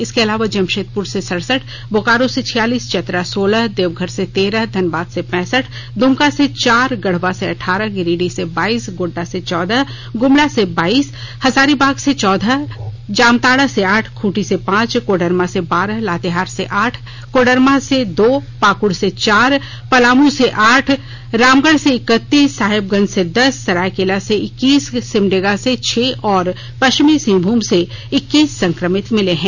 इसके अलावा जम ीदपुर से सड़सठ बोकारो से छियालीस चतरा सोलह देवघर से तेरह धनबाद से पैसठ द्रमका से चार गढ़वा से अठारह गिरिडीह से बाइस गोड्डा से चौदह गुमला से बाइस हजारीबाग से चौदह जामताड़ा से आठ ख्रंटी से पांच कोडरमा से बारह लातेहार से आठ लोहरदगा से दो पाकुड़ से चार पलामू से आठ रामगढ़ से इक्कीस साहेबगंज से दस सरायकेला से इक्कीस सिमर्डगा से छह और पशिचमी सिंहमूम से इक्कीस संक्रमित मिले हैं